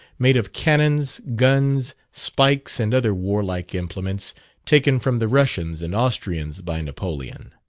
made of cannons, guns, spikes, and other warlike implements taken from the russians and austrians by napoleon.